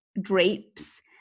drapes